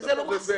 זה לא מחזיק.